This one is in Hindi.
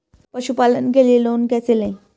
पशुपालन के लिए लोन कैसे लें?